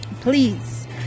please